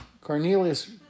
Cornelius